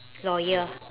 loyal